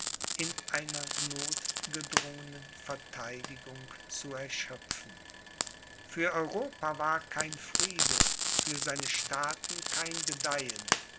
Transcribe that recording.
in einer nothgedrungenen verteidigung zu erschöpfen für europa war kein friede für seine staaten kein gedeihen